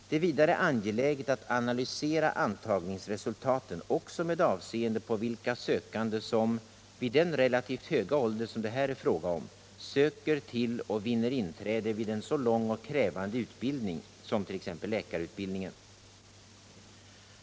Det är vidare angeläget att analysera antagningsresultaten också med avseende på vilka sökande som, vid den relativt höga ålder som det här är fråga om, söker till och vinner inträde vid en så lång och krävande utbildning som t.ex. läkarutbildningen.